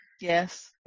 Yes